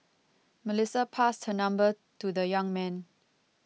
Melissa passed her number to the young man